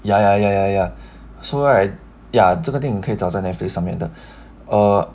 ya ya ya ya ya so right ya 这个电影可以找在 netflix 上面的